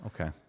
Okay